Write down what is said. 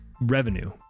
revenue